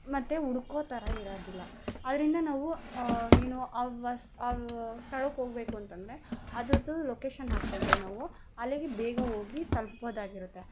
ಮತ್ತೆ ಹುಡ್ಕೋ ಥರ ಇರೋದಿಲ್ಲ ಆದ್ದರಿಂದ ನಾವು ಏನೋ ವಸ್ ಸ್ಥಳಕ್ಕೆ ಹೋಗ್ಬೇಕು ಅಂತಂದರೆ ಅದರದ್ದು ಲೊಕೇಶನ್ ಹಾಕ್ಕೊಂಡು ನಾವು ಅಲ್ಲಿಗೆ ಬೇಗ ಹೋಗಿ ತಲುಪ್ಪೋದಾಗಿರುತ್ತೆ